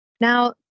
Now